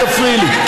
אל תפריעי לי.